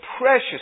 precious